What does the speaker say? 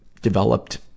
developed